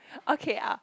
okay I